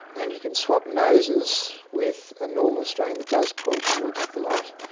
and you can swap noses with a normal strain that does crawl towards the light,